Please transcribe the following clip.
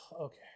okay